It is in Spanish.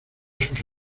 sus